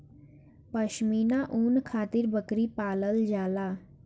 पश्मीना ऊन खातिर बकरी पालल जाला